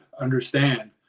understand